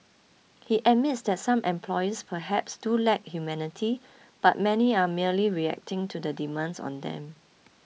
he admits that some employers perhaps do lack humanity but many are merely reacting to the demands on them